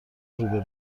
روبه